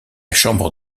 chambre